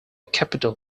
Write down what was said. capital